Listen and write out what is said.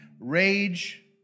Rage